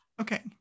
Okay